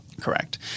Correct